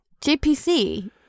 JPC